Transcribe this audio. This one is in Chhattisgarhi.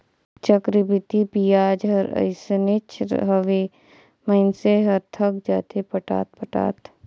चक्रबृद्धि बियाज हर अइसनेच हवे, मइनसे हर थक जाथे पटात पटात